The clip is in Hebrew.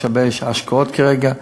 יש הרבה השקעות כרגע,